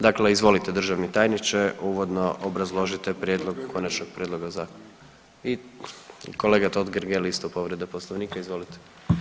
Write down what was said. Dakle, izvolite državni tajniče, uvodno obrazložite prijedlog konačnog prijedloga zakona i kolega Totgergeli isto povreda Poslovnika, izvolite.